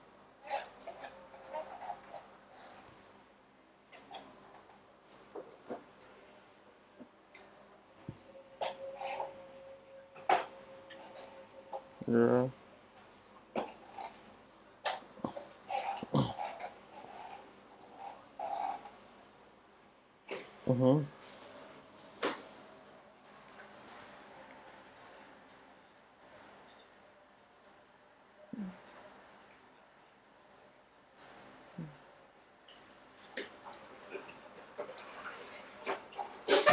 ya mmhmm